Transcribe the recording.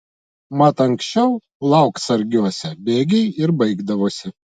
mat anksčiau lauksargiuose bėgiai ir baigdavosi